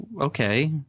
Okay